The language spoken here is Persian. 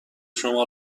شما